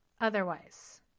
otherwise